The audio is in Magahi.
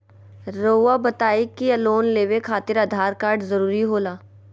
रौआ बताई की लोन लेवे खातिर आधार कार्ड जरूरी होला?